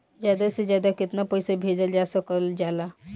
ज्यादा से ज्यादा केताना पैसा भेजल जा सकल जाला?